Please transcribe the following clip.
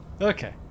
okay